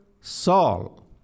Saul